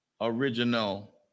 original